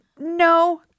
no